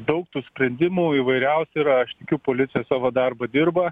daug tų sprendimų įvairiausių yra aš tikiu policija savo darbą dirba